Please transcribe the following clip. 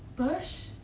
bush.